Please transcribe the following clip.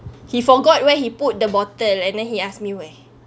he forgot where he put the bottle and then he ask me where